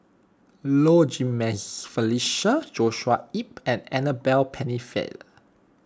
Low Jimenez Felicia Joshua Ip and Annabel Pennefather